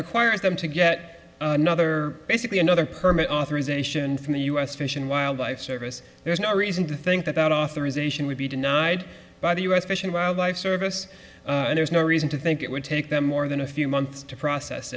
requires them to get another basically another permit authorization from the u s fish and wildlife service there's no reason to think that that authorization would be denied by the u s fish and wildlife service and there's no reason to think it would take them more than a few months to process